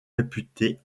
réputés